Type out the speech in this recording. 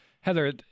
Heather